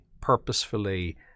purposefully